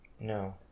No